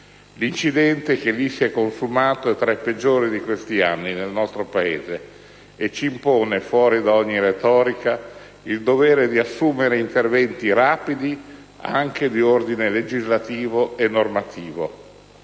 L'incidente che lì si è consumato è tra i peggiori di questi anni nel nostro Paese e ci impone, fuori da ogni retorica, il dovere di assumere interventi rapidi anche di ordine legislativo e normativo.